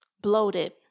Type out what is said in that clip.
Bloated